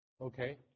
Okay